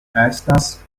estas